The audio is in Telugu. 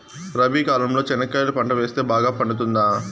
రబి కాలంలో చెనక్కాయలు పంట వేస్తే బాగా పండుతుందా?